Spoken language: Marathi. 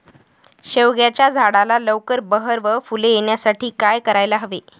शेवग्याच्या झाडाला लवकर बहर व फूले येण्यासाठी काय करायला हवे?